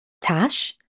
Tash